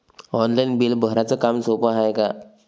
Online bill भराच काम सोपं हाय का?